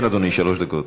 כן, אדוני, שלוש דקות.